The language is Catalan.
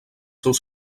seus